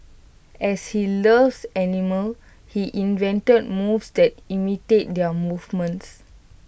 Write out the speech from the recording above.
as he loves animals he invented moves that imitate their movements